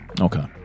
Okay